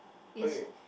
okay